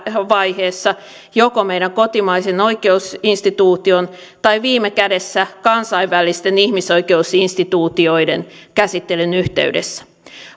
vaiheessa joko meidän kotimaisen oikeusinstituution tai viime kädessä kansainvälisten ihmisoikeusinstituutioiden käsittelyn yhteydessä